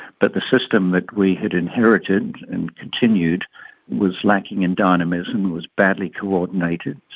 but the system that we had inherited and continued was lacking in dynamism, it was badly coordinated,